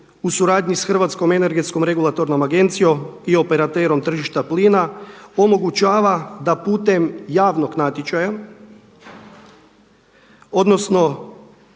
u suradnji sa Hrvatskom energetskom regulatornom agencijom i operaterom tržišta plina omogućava da putem javnog natječaja, odnosno